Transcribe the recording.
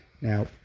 Now